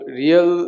real